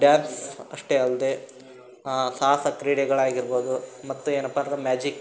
ಡ್ಯಾಬ್ಸ್ ಅಷ್ಟೇ ಅಲ್ಲದೇ ಸಾಹಸ ಕ್ರೀಡೆಗಳಾಗಿರ್ಬೋದು ಮತ್ತು ಏನಪ್ಪ ಅಂದ್ರರೆ ಮ್ಯಾಜಿಕ್